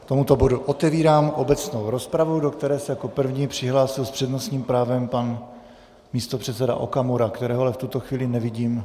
K tomuto bodu otevírám obecnou rozpravu, do které se jako první přihlásil s přednostním právem pan místopředseda Okamura, kterého ale v tuto chvíli nevidím.